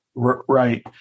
Right